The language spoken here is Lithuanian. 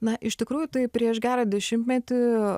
na iš tikrųjų tai prieš gerą dešimtmetį